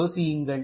யோசியுங்கள்